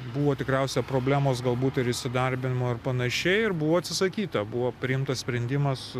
buvo tikriausia problemos galbūt ir įsidarbinimo ar panašiai ir buvo atsisakyta buvo priimtas sprendimas